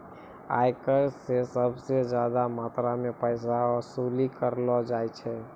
आयकर स सबस ज्यादा मात्रा म पैसा वसूली कयलो जाय छै